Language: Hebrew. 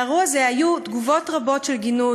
לאירוע הזה היו תגובות רבות של גינוי,